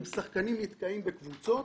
אם שחקנים נתקעים בקבוצות,